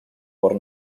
por